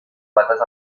patas